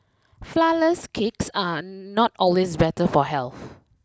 flourless cakes are not always better for health